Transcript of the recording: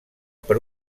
per